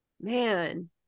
Man